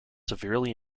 severely